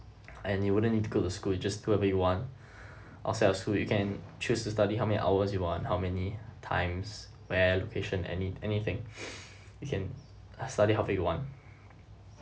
and you wouldn't need to go to school you just do whatever you want also is so you can choose to study how many hours you want how many times where location any anything you can study however you want